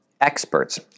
experts